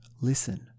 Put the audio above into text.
listen